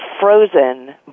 frozen